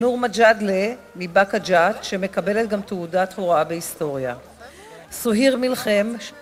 נור מג'דלה מבקע ג'ת שמקבלת גם תעודת הוראה בהיסטוריה. סוהיר מילחם